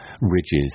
ridges